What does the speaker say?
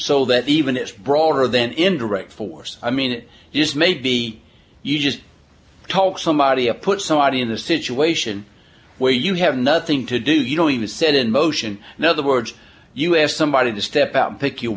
so that even it's broader than indirect force i mean it just may be you just talk somebody a put somebody in the situation where you have nothing to do you know it is set in motion in other words you have somebody to step out and pick you